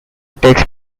takes